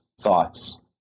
thoughts